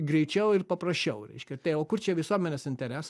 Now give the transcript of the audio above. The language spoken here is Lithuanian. greičiau ir paprasčiau reiškia tai o kur čia visuomenės interesas